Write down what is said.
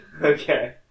okay